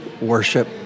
worship